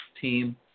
team